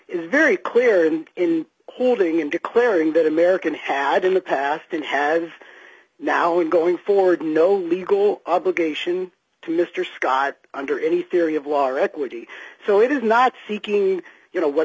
is very clear and in holding and declaring that american had in the past and has now and going forward no legal obligation to mr scott under any theory of law or equity so it is not seeking